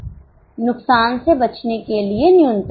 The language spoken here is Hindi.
नुकसान से बचने के लिए न्यूनतम